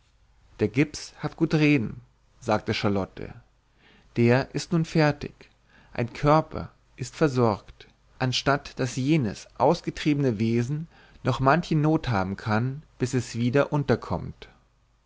der gips hat gut reden sagte charlotte der ist nun fertig ist ein körper ist versorgt anstatt daß jenes ausgetriebene wesen noch manche not haben kann bis es wieder unterkommt